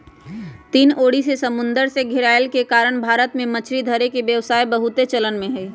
तीन ओरी से समुन्दर से घेरायल के कारण भारत में मछरी धरे के व्यवसाय बहुते चलन में हइ